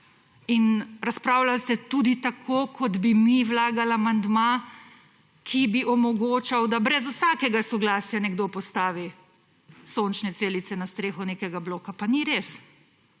in razpravljal ste tudi tako, kot bi mi vlagal amandma, ki bi omogočal, da brez vsakega soglasja nekdo postavi sončne celice na streho nekega bloka, pa ni res.